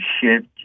shift